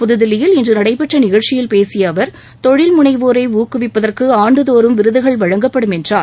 புத்தில்லியில் இன்று நடைபெற்ற நிகழ்ச்சியில் பேசிய அவர் தொழில் முனைவோரை ஊக்குவிப்பதற்கு ஆண்டுதோறும் விருதுகள் வழங்கப்படும் என்றார்